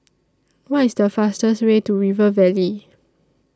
What IS The fastest Way to River Valley